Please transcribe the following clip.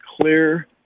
clear